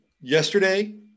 yesterday